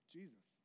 Jesus